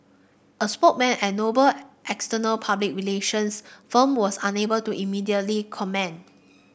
a spokesman at Noble external public relations firm was unable to immediately comment